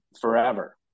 forever